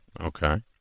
Okay